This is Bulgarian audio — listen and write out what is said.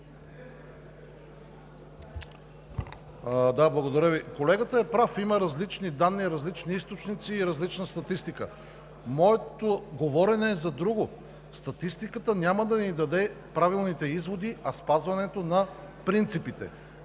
Благодаря Ви. Колегата е прав, че има различни данни, различни източници и различна статистика. Моето говорене е за друго. Статистиката няма да ни даде правилните изводи, а спазването на принципите.